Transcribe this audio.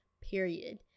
period